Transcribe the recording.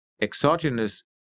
exogenous